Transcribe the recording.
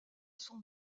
son